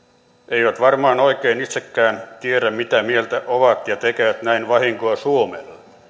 eivät varmaan oikein itsekään tiedä mitä mieltä ovat ja tekevät näin vahinkoa suomelle